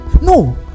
No